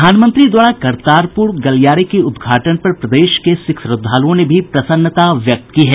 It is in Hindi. प्रधानमंत्री द्वारा करतारपुर गलियारे के उद्घाटन पर प्रदेश के सिख श्रद्धालुओं ने भी प्रसन्नता व्यक्त की है